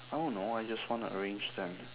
I don't know I just want to arrange them